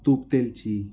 तूप तेलची